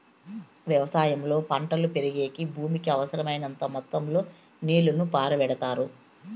వ్యవసాయంలో పంటలు పెరిగేకి భూమికి అవసరమైనంత మొత్తం లో నీళ్ళను పారబెడతారు